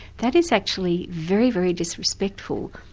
that is actually very, very disrespectful.